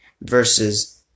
versus